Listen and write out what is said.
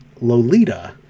Lolita